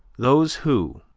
those who,